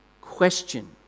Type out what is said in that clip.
question